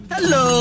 Hello